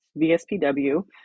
VSPW